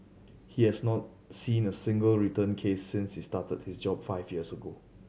he has not seen a single return case since he started his job five years ago